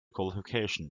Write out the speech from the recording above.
qualification